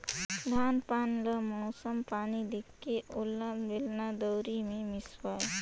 धान पान ल मउसम पानी देखके ओला बेलना, दउंरी मे मिसवाए